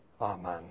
Amen